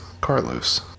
Carlos